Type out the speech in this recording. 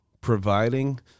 providing